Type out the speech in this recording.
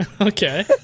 Okay